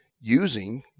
using